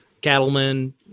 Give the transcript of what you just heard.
cattlemen